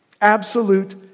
Absolute